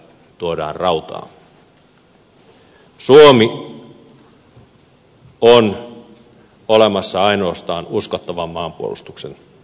suomi on olemassa ainoastaan uskottavan maanpuolustuksen ansiosta